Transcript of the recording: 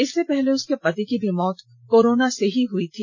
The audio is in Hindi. इससे पहले उसके पति की भी मौत कोरोना से ही हो गई थी